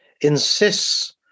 insists